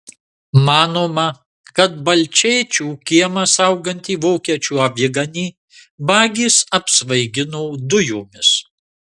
manoma kad balčėčių kiemą saugantį vokiečių aviganį vagys apsvaigino dujomis